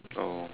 oh